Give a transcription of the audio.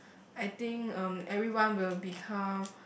I think um everyone will become